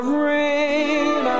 rain